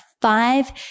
Five